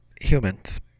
Humans